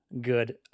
good